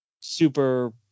super